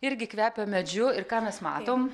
irgi kvepia medžiu ką mes matom